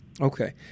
Okay